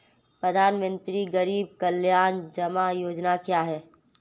प्रधानमंत्री गरीब कल्याण जमा योजना क्या है?